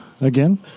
again